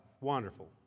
Wonderful